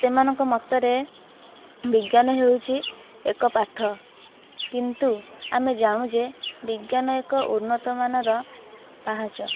ସେମାନଙ୍କ ମତରେ ବିଜ୍ଞାନ ହେଉଛି ଏକ ପାଠ କିନ୍ତୁ ଆମେ ଜାଣୁ ଯେ ବିଜ୍ଞାନ ଏକ ଉନ୍ନତ ମାନର ପାହାଚ